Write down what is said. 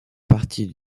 partie